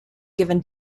given